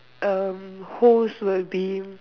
um hosts will be